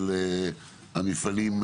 בפינוי המפעלים,